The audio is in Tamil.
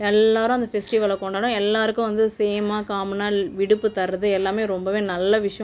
எல்லாரும் அந்த ஃபெஸ்ட்டிவலை கொண்டாடுனு எல்லாருக்கும் வந்து சேமாக காமனாக விடுப்பு தரது எல்லாமே ரொம்பவே நல்ல விஷயம்